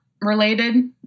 related